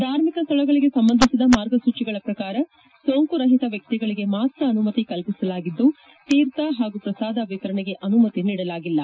ಧಾರ್ಮಿಕ ಸ್ಥಳಗಳಿಗೆ ಸಂಬಂಧಿಸಿದ ಮಾರ್ಗಸೂಚಿಗಳ ಶ್ರಕಾರ ಸೋಂಕು ರಹಿತ ವ್ಯಕ್ತಿಗಳಿಗೆ ಮಾತ್ರ ಅನುಮತಿ ಕಲ್ಪಿಸಲಾಗಿದ್ದು ತೀರ್ಥ ಹಾಗೂ ಶ್ರಸಾದ ವಿತರಣೆಗೆ ಅನುಮತಿ ನೀಡಲಾಗಿಲ್ಲ